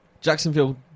Jacksonville